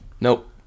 Nope